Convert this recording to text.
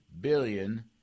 billion